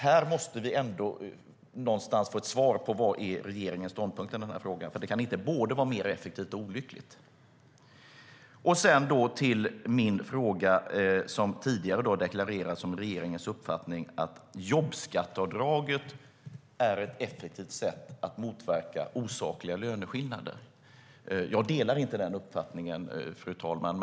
Här måste vi ändå få svar på vad regeringens ståndpunkt är i frågan. Det kan inte vara både mer effektivt och olyckligt. Det har tidigare deklarerats som regeringens uppfattning att jobbskatteavdraget är ett effektivt sätt att motverka osakliga löneskillnader. Jag delar inte den uppfattningen, fru talman.